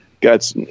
got